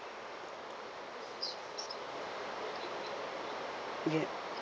yea